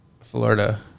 Florida